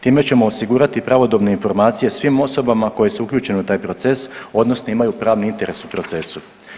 Time ćemo osigurati pravodobne informacije svim osobama koje su uključene u taj proces odnosno imaju pravni interes u procesu.